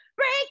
Break